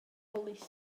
polisi